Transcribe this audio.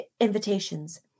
invitations